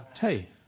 Hey